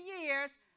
years